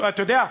אתה יודע,